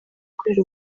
kubera